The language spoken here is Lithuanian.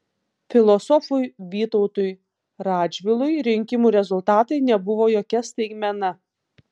filosofui vytautui radžvilui rinkimų rezultatai nebuvo jokia staigmena